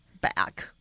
back